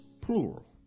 plural